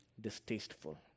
distasteful